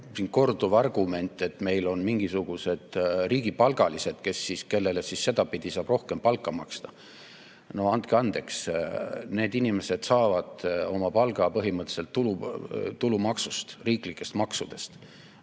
korduv argument, et meil on mingisugused riigipalgalised, kellele siis sedapidi saab rohkem palka maksta. No andke andeks, need inimesed saavad oma palga põhimõtteliselt tulumaksust, riiklikest maksudest.